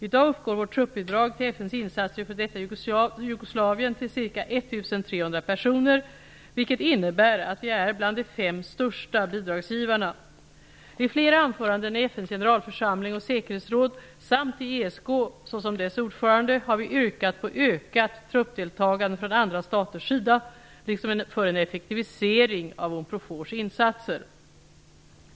I dag uppgår vårt truppbidrag till FN:s insatser i f.d. Jugoslavien till ca 1 300 personer, vilket innebär att vi är bland de fem största bidragsgivarna. I flera anföranden i FN:s generalförsamling och säkerhetsråd samt i ESK, såsom dess ordförande, har vi yrkat på ökat truppdeltagande från andra staters sida liksom för en effektivisering av Unprofors insatser.